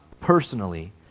personally